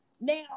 Now